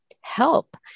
help